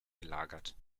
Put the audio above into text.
gelagert